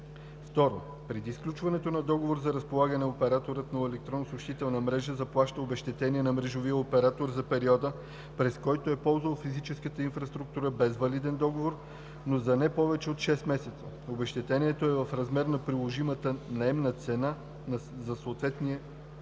2. преди сключването на договора за разполагане операторът на електронна съобщителна мрежа заплаща обезщетение на мрежовия оператор за периода, през който е ползвал физическата инфраструктура без валиден договор, но за не повече от шест месеца; обезщетението е в размер на приложимата наемна цена за съответния период;